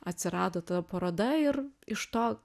atsirado ta paroda ir iš to